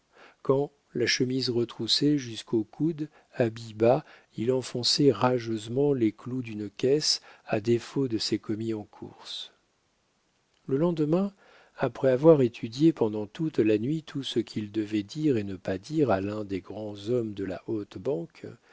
quand la chemise retroussée jusqu'aux coudes habit bas il enfonçait rageusement les clous d'une caisse à défaut de ses commis en course le lendemain après avoir étudié pendant toute la nuit tout ce qu'il devait dire et ne pas dire à l'un des grands hommes de la haute banque